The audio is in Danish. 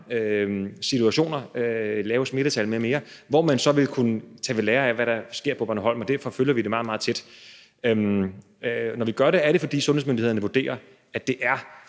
situationer, lave smittetal m.m., hvor man så vil kunne tage ved lære af, hvad der sker på Bornholm, og derfor følger vi det meget, meget tæt. Når vi gør det, er det, fordi sundhedsmyndighederne vurderer, at det er